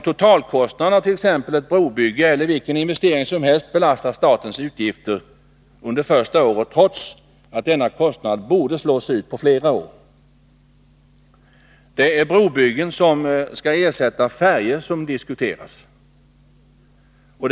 Totalkostnaden för ett brobygge eller vilken investering som helst belastar nämligen staten under det första året, trots att kostnaden borde slås ut på flera år. Vad som diskuterats är broar som skall ersätta färjor.